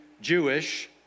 Jewish